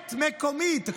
למעט מקומית.